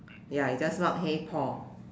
ya you just mark hey paul